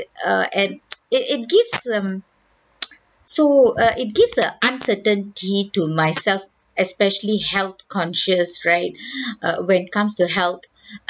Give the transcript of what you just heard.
err and it it gives um so err it gives a uncertainty to myself especially health conscious right err when comes to health